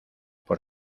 por